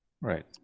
Right